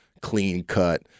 clean-cut